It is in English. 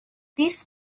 this